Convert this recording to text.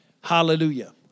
Hallelujah